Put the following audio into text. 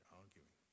arguing